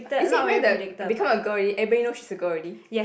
is it where the become a girl already everybody knows she's a girl already